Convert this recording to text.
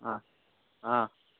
हाँ हाँ